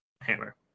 hammer